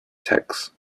text